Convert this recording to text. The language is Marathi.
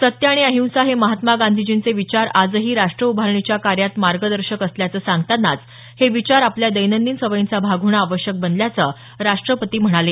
सत्य आणि अहिंसा हे महात्मा गांधीजींचे विचार आजही राष्ट्र उभारणीच्या कार्यात मार्गदर्शक असल्याचं सांगतानाच हे विचार आपल्या दैनंदिन सवयींचा भाग होणं आवश्यक बनल्याचं राष्ट्रपती म्हणाले